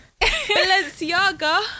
Balenciaga